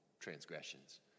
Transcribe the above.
Transgressions